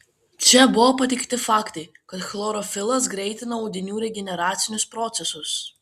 čia buvo pateikti faktai kad chlorofilas greitina audinių regeneracinius procesus